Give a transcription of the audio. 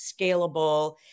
scalable